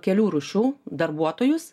kelių rūšių darbuotojus